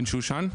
בן שושן,